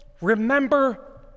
Remember